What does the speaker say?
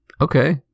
okay